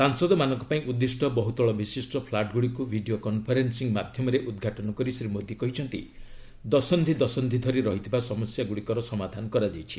ସାଂସଦମାନଙ୍କ ପାଇଁ ଉଦ୍ଦିଷ୍ଟ ବହୁତଳ ବିଶିଷ୍ଟ ଫ୍ଲାଟ୍ଗୁଡ଼ିକୁ ଭିଡ଼ିଓ କନ୍ଫରେନ୍ସିଂ ମାଧ୍ୟମରେ ଉଦ୍ଘାଟନ କରି ଶ୍ରୀ ମୋଦି କହିଛନ୍ତି ଦଶନ୍ଧି ଦଶନ୍ଧି ଧରି ରହିଥିବା ସମସ୍ୟାଗୁଡ଼ିକର ସମାଧାନ କରାଯାଇଛି